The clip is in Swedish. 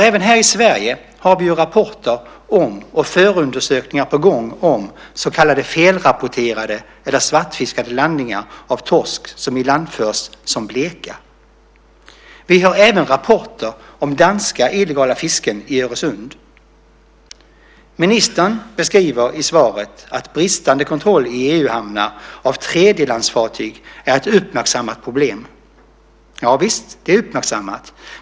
Även här i Sverige har vi rapporter om och förundersökningar på gång om så kallade felrapporterade eller svartfiskade landningar av torsk som ilandförs som bleka. Vi har även rapporter om danskt illegalt fiske i Öresund. Ministern beskriver i svaret att bristande kontroll av tredjelandsfartyg i EU-hamnar är ett uppmärksammat problem. Ja, visst. Det är uppmärksammat.